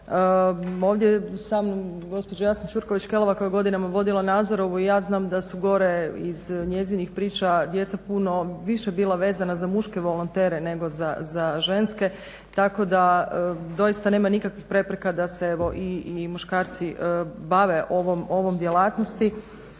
Ovdje je sa mnom gospođa Jasna Ćurković Kelava koja je godinama vodila Nazorovu i ja znam da su gore iz njezinih priča djeca puno više bila vezana za muške volontere nego za ženske, tako da doista nema nikakvih prepreka da se i muškarci bave ovom djelatnosti